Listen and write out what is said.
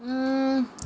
mm